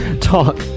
talk